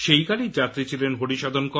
সেই গাড়ির যাত্রী ছিলেন হরিসাধন কর